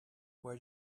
where